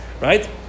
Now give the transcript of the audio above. Right